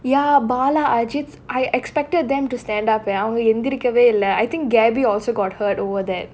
ya bala ajeedh I expected them to stand up அவங்க எந்திரிக்கவே இல்ல:avanga enthirikkavae illa I think gabby also got heard over that